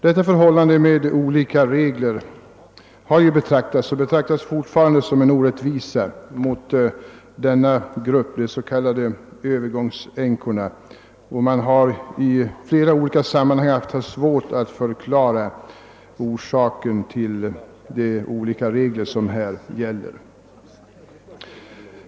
Detta förhållande med olika regler har ju betraktats och betraktas fortfarande som en orättvisa mot nu ifrågavarande grupp, de s.k. övergångsänkorna, och man har i flera olika sammanhang haft svårt att förklara orsaken till de olika regler som här gäller.